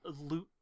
loot